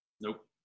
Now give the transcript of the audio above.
Nope